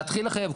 להתחיל לחייב,